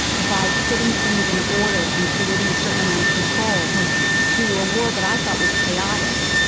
by putting things in order and creating a certain amount of control to a world that i thought was chaotic,